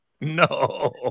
no